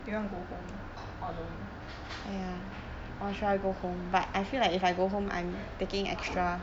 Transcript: you want go home or don't